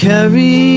Carry